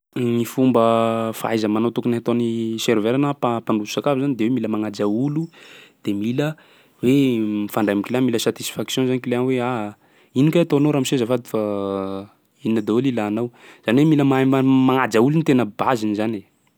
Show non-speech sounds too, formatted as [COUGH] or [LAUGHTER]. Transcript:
Gny fomba fahaiza-manao tokony ataon'ny serveur na mpa- mpandroso sakafo zany de mila magnaja olo, de mila hoe mifandray am'client, mila satisfaction zany client hoe: aah! Ino kay atao anao ramose azafady fa [HESITATION] Ino daholo ilanao? Zany hoe mila mahay ma- magnaja olo ny tena base-ny zany e.